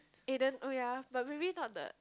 Aden oh yea but maybe not the